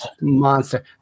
Monster